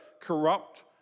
corrupt